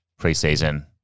preseason